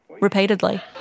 repeatedly